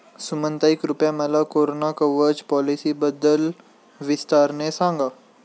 सुमनताई, कृपया मला कोरोना कवच पॉलिसीबद्दल विस्ताराने सांगा